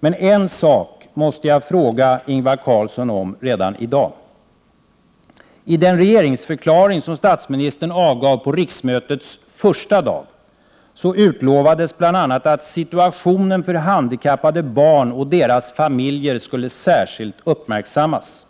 Men en sak måste jag fråga Ingvar Carlsson om redan i dag. I den regeringsförklaring som statsministern avgav på riksmötets första dag utlovades bl.a. att situationen för handikappade barn och deras famijer skulle särskilt uppmärksammas.